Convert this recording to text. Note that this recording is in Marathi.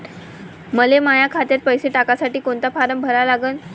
मले माह्या खात्यात पैसे टाकासाठी कोंता फारम भरा लागन?